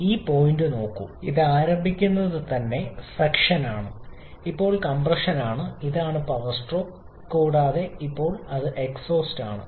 ഈ പോയിന്റ് നോക്കൂ ഇത് ആരംഭിക്കുന്നത് ഇത് സക്ഷൻ ആണ് ഇപ്പോൾ കംപ്രഷൻ ആണ് ഇതാണ് പവർ സ്ട്രോക്ക് കൂടാതെ ഇപ്പോൾ അത് എക്സോസ്റ്റ് ആണ്